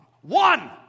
One